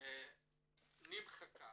נמחקה